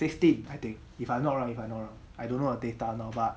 fifteen I think if I'm not wrong if I'm not wrong I don't know the data now but